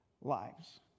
lives